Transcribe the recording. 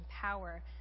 power